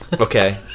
Okay